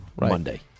Monday